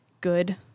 good